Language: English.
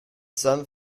sun